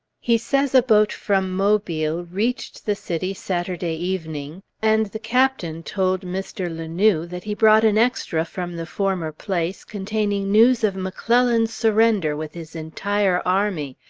he says a boat from mobile reached the city saturday evening, and the captain told mr. la noue that he brought an extra from the former place, containing news of mcclellan's surrender with his entire army,